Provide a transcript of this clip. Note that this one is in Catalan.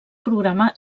programa